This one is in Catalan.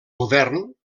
govern